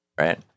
right